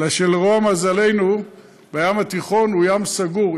אלא שלרוע מזלנו הים התיכון הוא ים סגור,